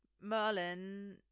Merlin